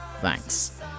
Thanks